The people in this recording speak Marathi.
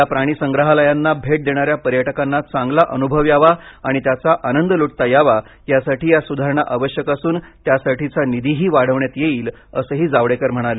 या प्राणीसंग्रहालयांना भेट देणाऱ्या पर्यटकांना चांगला अनुभव यावा आणि त्याचा आनंद लुटता यावा यासाठी या सुधारणा आवश्यक असून त्यासाठीचा निधीही वाढविण्यात येईल असंही जावडेकर म्हणाले